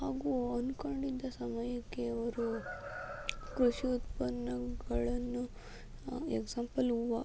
ಹಾಗೂ ಅಂದ್ಕೊಂಡಿದ್ದ ಸಮಯಕ್ಕೆ ಅವರು ಕೃಷಿ ಉತ್ಪನ್ನಗಳನ್ನು ಎಕ್ಸಾಂಪಲ್ ಹೂವು